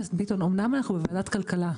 הכנסת ביטון, אומנם אנחנו בוועדת כלכלה,